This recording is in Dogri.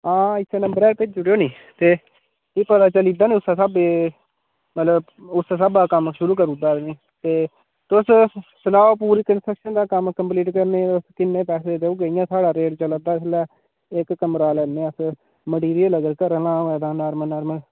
हां इस्सै नंबरै पर भेजी ओड़ेओ नी ते भी पता चली दा निं उस्सै स्हाबै मतलब उस्सै स्हाबै कम्म शुरू करी ओड़ दा आदमी ते तुस सनाओ पूरी कंस्ट्रक्शन दा कम्म कंप्लीट करने किन्ने पैसे देई ओड़गे इ'यां साढ़ा रेट चला दा इसलै इक कमरे दा लैन्ने अस मटीरियल अगर घरै आह्लें दा होऐ तां नाॅर्मल नाॅर्मल